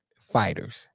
fighters